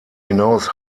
hinaus